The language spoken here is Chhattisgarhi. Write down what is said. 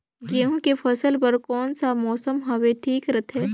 गहूं के फसल बर कौन सा मौसम हवे ठीक रथे?